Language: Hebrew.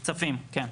צפים, כן.